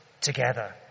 together